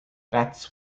that’s